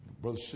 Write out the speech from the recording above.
Brother